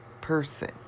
person